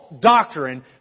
doctrine